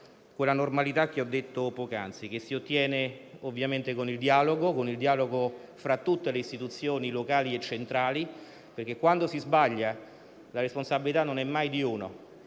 quella normalità che ho detto poc'anzi, che si ottiene con il dialogo fra tutte le istituzioni locali e centrali. Infatti, quando si sbaglia, la responsabilità non è mai di uno,